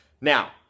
Now